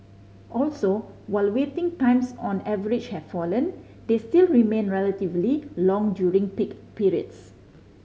also while waiting times on average have fallen they still remain relatively long during peak periods